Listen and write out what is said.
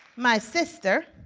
my sister,